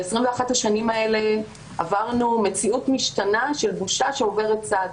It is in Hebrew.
ב-21 השנים האלה עברנו מציאות משתנה של בושה שעוברת צד.